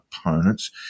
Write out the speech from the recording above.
opponents